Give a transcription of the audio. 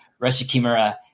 Roshikimura